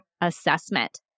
assessment